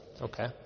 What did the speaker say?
okay